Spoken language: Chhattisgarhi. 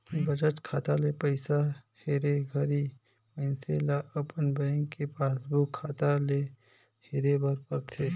बचत खाता ले पइसा हेरे घरी मइनसे ल अपन बेंक के पासबुक खाता ले हेरे बर परथे